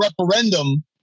referendum